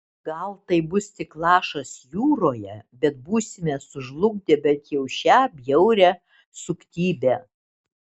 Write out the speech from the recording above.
gal tai bus tik lašas jūroje bet būsime sužlugdę bent jau šią bjaurią suktybę